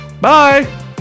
Bye